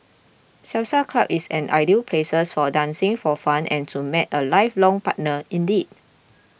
salsa club is an ideal places for dancing for fun and to meet a lifelong partner indeed